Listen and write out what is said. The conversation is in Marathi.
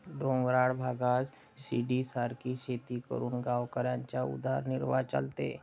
डोंगराळ भागात शिडीसारखी शेती करून गावकऱ्यांचा उदरनिर्वाह चालतो